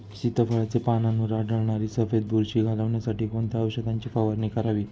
सीताफळाचे पानांवर आढळणारी सफेद बुरशी घालवण्यासाठी कोणत्या औषधांची फवारणी करावी?